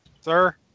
Sir